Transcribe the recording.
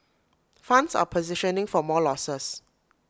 funds are positioning for more losses